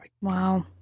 wow